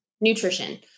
nutrition